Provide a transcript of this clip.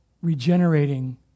regenerating